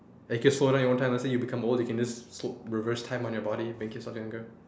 like you can slow down your own time let's say you become old you can just slo~ reverse time on your body make yourself younger